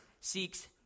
seeks